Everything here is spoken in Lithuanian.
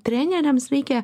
treneriams reikia